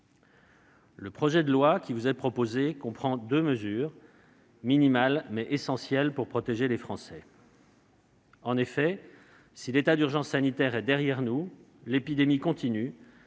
Le projet de loi qui vous est proposé comprend deux mesures minimales, mais essentielles, pour protéger les Français. En effet, si l'état d'urgence sanitaire est derrière nous, l'épidémie continue.